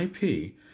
IP